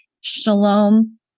shalom